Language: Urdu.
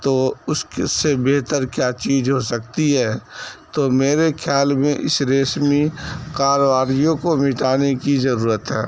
تو اس کے سے بہتر کیا چیز ہو سکتی ہے تو میرے خیال میں اس کارباریوں کو مٹانے کی ضرورت ہے